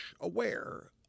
aware